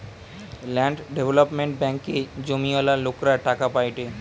land development ব্যাঙ্কে জমিওয়ালা লোকরা টাকা পায়েটে